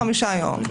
35 יום.